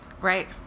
Right